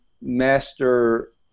master